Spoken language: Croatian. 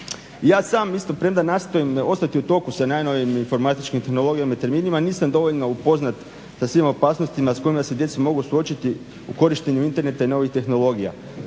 Ja sam isto premda nastojim ostati u toku sa najnovijom informatičkom terminologijom i terminima nisam dovoljno upoznat sa svim opasnostima s kojima se djeca mogu suočiti u korištenju interneta i novih tehnologija.